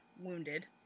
wounded